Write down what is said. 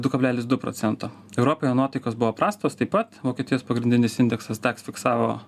du kablelis du procento europoje nuotaikos buvo prastos taip pat vokietijos pagrindinis indeksas daks fiksavo